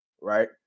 right